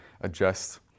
adjust